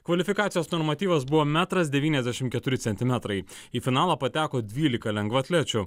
kvalifikacijos normatyvas buvo metras devyniasdešimt keturi centimetrai į finalą pateko dvylika lengvaatlečių